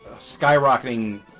skyrocketing